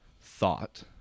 thought